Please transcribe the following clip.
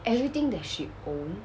everything that she own